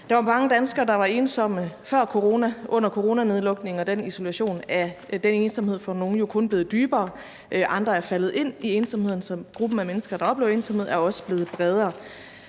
Der var mange danskere, der var ensomme før corona, og under coronanedlukningen er den isolation og ensomhed for nogle jo kun blevet dybere, mens andre er faldet ind i ensomheden, og gruppen af mennesker, der oplever ensomhed, er også blevet bredere.